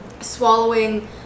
swallowing